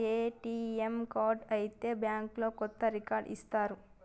నా ATM card పోతే bank లో కొత్త కార్డు ఇస్తరా?